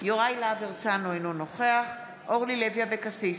יוראי להב הרצנו, אינו נוכח אורלי לוי אבקסיס,